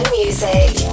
music